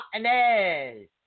Martinez